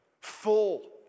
full